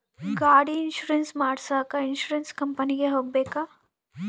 ಗಾಡಿ ಇನ್ಸುರೆನ್ಸ್ ಮಾಡಸಾಕ ಇನ್ಸುರೆನ್ಸ್ ಕಂಪನಿಗೆ ಹೋಗಬೇಕಾ?